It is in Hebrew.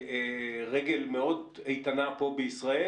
רגל מאוד איתנה פה בישראל.